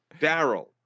Daryl